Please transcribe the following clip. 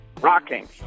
rocking